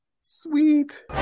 sweet